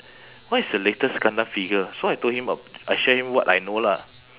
what is the latest gundam figure so I told him w~ I share him what I know lah